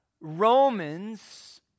Romans